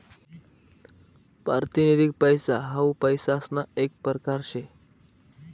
पारतिनिधिक पैसा हाऊ पैसासना येक परकार शे